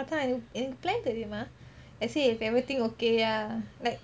அதான் எனக்கு:athaan ennaku plan தெரிமா:therimaa let's say if everything okay ya like